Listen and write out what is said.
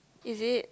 is it